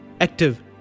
active